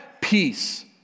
Peace